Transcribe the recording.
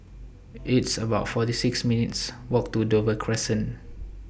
It's about forty six minutes' Walk to Dover Crescent